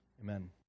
Amen